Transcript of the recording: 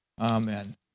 Amen